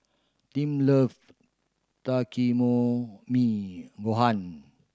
Tim love Gohan